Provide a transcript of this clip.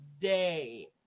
Day